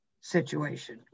situation